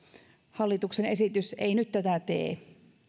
hallituksen esitys ei nyt tätä tee